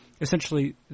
essentially